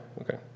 okay